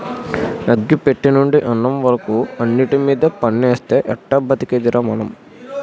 అగ్గి పెట్టెనుండి అన్నం వరకు అన్నిటిమీద పన్నేస్తే ఎట్టా బతికేదిరా మనం?